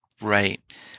Right